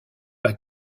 pas